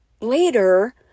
later